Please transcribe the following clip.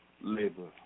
labor